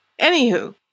Anywho